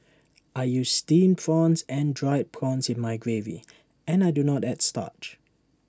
I use Steamed prawns and Dried prawns in my gravy and I do not add starch